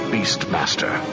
Beastmaster